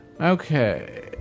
okay